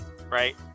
right